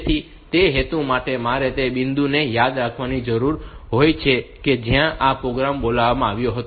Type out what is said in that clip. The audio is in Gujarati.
તેથી તે હેતુ માટે મારે તે બિંદુને યાદ રાખવાની જરૂર હોય છે કે જ્યાં આ પ્રોગ્રામ બોલાવવામાં આવ્યો હતો